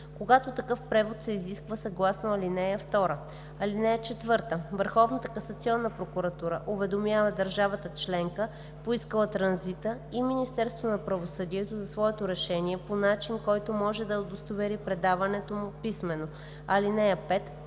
когато такъв превод се изисква съгласно ал. 2. (4) Върховната касационна прокуратура уведомява държавата членка, поискала транзита, и Министерството на правосъдието за своето решение по начин, който може да удостовери предаването му писмено. (5)